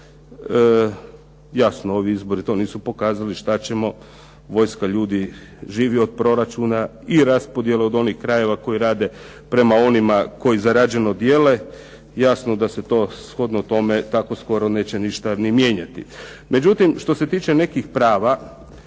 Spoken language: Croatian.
jasno ovi izbori to nisu pokazali što ćemo, vojska ljudi živi od proračuna i raspodjele od onih krajeva koji rade prema onima koji zarađeno dijele. Jasno da se to shodno tome tako skoro neće ništa ni mijenjati. Međutim, što se tiče nekih prava